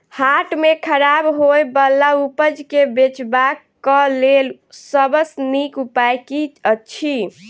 हाट मे खराब होय बला उपज केँ बेचबाक क लेल सबसँ नीक उपाय की अछि?